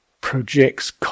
projects